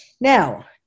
Now